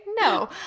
No